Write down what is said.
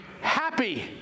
happy